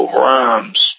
rhymes